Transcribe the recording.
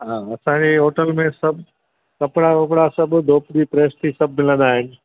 हा असांजे होटल में सभु कपिड़ा वपिड़ा सभु धोपिजी प्रैस थी सभु मिलंदा आहिनि